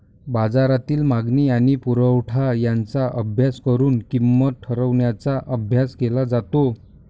बाजारातील मागणी आणि पुरवठा यांचा अभ्यास करून किंमत ठरवण्याचा अभ्यास केला जातो